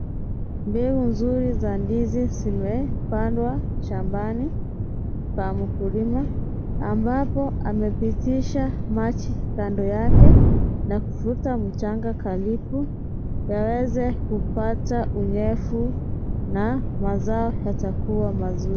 Mbinu nzuri za ndizi zimepandwa shambani na mkulima ambapo amepitisha maji kando yake na kuvuruta mchanga karibu waweze kupata unyefu na mazao yatakua mazuri.